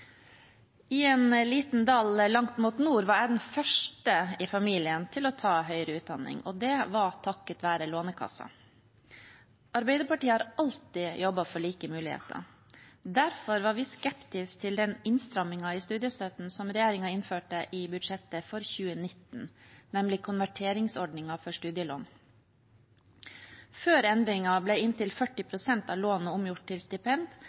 en liten dal langt mot nord» var jeg den første i familien til å ta høyere utdanning, og det var takket være Lånekassen. Arbeiderpartiet har alltid jobbet for like muligheter. Derfor var vi skeptiske til den innstrammingen i studiestøtten som regjeringen innførte i budsjettet for 2019, som gjaldt konverteringsordningen for studielån. Før endringen ble inntil 40 pst. av lånet omgjort til stipend